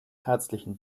herzlichen